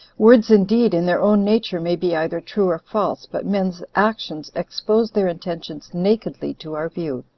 words indeed, in their own nature, may be either true or false, but men's actions expose their intentions nakedly to our view.